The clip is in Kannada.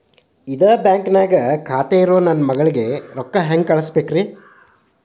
ಇದ ಬ್ಯಾಂಕ್ ನ್ಯಾಗ್ ಖಾತೆ ಇರೋ ನನ್ನ ಮಗಳಿಗೆ ರೊಕ್ಕ ಹೆಂಗ್ ಕಳಸಬೇಕ್ರಿ?